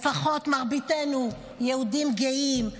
לפחות מרביתנו יהודים גאים,